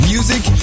Music